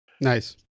Nice